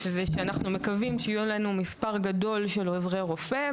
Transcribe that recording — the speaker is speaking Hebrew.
זה שאנחנו מקווים שיהיה לנו מספר גדול של עוזרי רופא,